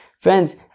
Friends